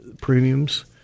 premiums